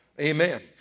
Amen